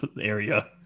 area